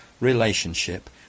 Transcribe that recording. relationship